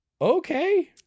okay